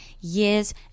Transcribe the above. years